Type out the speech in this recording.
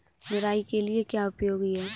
निराई के लिए क्या उपयोगी है?